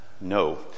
No